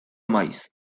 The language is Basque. maiz